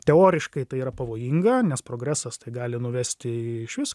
teoriškai tai yra pavojinga nes progresas tai gali nuvesti išvis